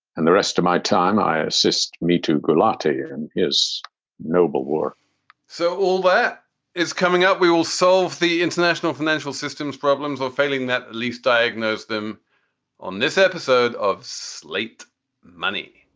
and the rest of my time i assist me to gulati and is noble war so all that is coming up. we will solve the international financial systems problems or failing that, at least diagnose them on this episode of slate money.